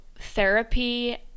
therapy